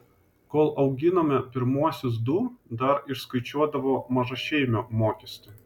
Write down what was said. kol auginome pirmuosius du dar išskaičiuodavo mažašeimio mokestį